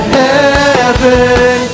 heaven